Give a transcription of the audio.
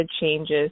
changes